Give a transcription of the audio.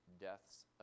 deaths